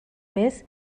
més